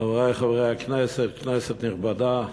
חברי חברי הכנסת, כנסת נכבדה,